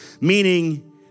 Meaning